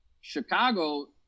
Chicago